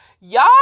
Y'all